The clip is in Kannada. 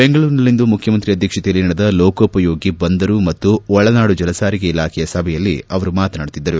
ಬೆಂಗಳೂರಿನಲ್ಲಿಂದು ಮುಖ್ಣಮಂತ್ರಿ ಅಧ್ಯಕ್ಷತೆಯಲ್ಲಿ ನಡೆದ ಲೋಕೋಪಯೋಗಿ ಬಂದರು ಮತ್ತು ಒಳನಾಡು ಜಲಸಾರಿಗೆ ಇಲಾಖೆಯ ಸಭೆಯಲ್ಲಿ ಅವರು ಮಾತನಾಡುತ್ತಿದ್ದರು